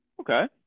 Okay